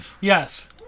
Yes